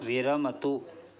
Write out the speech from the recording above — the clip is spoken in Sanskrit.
विरमतु